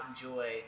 enjoy